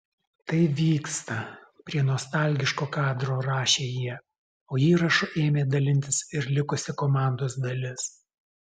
tai vyksta prie nostalgiško kadro rašė jie o įrašu ėmė dalintis ir likusi komandos dalis